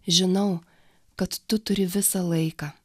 žinau kad tu turi visą laiką